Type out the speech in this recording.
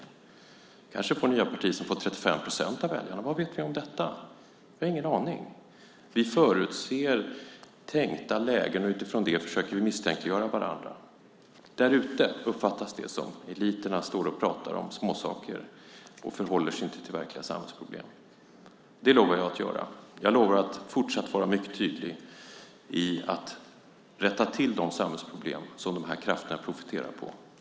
Vi kanske får nya partier som får 35 procent av väljarna. Vad vet vi om detta? Vi har ingen aning. Vi förutser tänkta lägen, och utifrån det försöker vi misstänkliggöra varandra. Därute uppfattas det som att eliterna står och pratar om småsaker och inte förhåller sig till verkliga samhällsproblem. Men det lovar jag att göra. Jag lovar att fortsatt vara mycket tydlig i att rätta till de samhällsproblem som dessa krafter profiterar på.